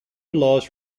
laws